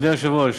אדוני היושב-ראש,